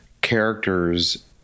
characters